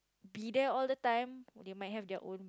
be there all the time they might have their own